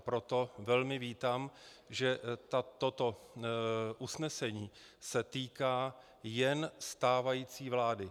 Proto velmi vítám, že toto usnesení se týká jen stávající vlády.